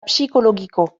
psikologiko